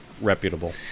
reputable